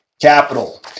capital